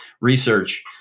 research